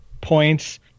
points